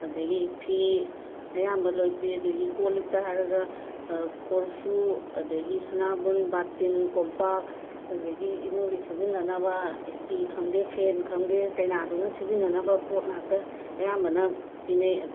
ꯑꯗꯒꯤ ꯐꯤ ꯑꯌꯥꯝꯕ ꯂꯣꯏꯅ ꯄꯤ ꯑꯗꯒꯤ ꯀꯣꯜ ꯂꯤꯛꯇ ꯍꯥꯏꯔꯒ ꯀꯣꯔꯐꯨ ꯑꯗꯒꯤ ꯁꯅꯥꯕꯨꯟ ꯕꯥꯇꯤꯟ ꯀꯣꯝꯄꯥꯛ ꯑꯗꯒꯤ ꯏꯃꯨꯡꯒꯤ ꯁꯤꯖꯤꯟꯅꯅꯕ ꯁ꯭ꯇꯤ ꯈꯪꯗꯦ ꯐꯦꯟ ꯈꯪꯗꯦ ꯀꯩꯅꯥꯗꯨꯅ ꯁꯤꯖꯤꯟꯅꯅꯕ ꯄꯣꯠ ꯉꯥꯛꯇ ꯑꯌꯥꯝꯕꯅ ꯄꯤꯅꯩ ꯑ